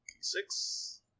Six